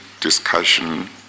discussion